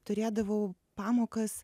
turėdavau pamokas